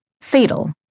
fatal